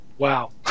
Wow